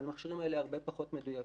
אבל המכשירים האלה הם הרבה פחות מדויקים.